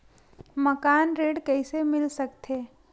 मकान ऋण कइसे मिल सकथे?